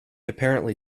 apparently